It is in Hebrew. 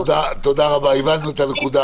תודה רבה, הבנו את הנקודה.